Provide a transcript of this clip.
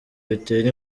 bitera